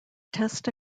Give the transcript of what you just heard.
testa